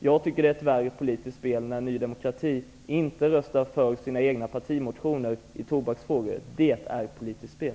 Jag tycker att det är politiskt spel när Ny demokrati inte röstar för sina egna partimotioner i tobaksfrågor. Det är politiskt spel.